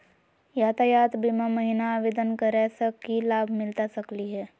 यातायात बीमा महिना आवेदन करै स की लाभ मिलता सकली हे?